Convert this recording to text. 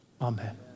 Amen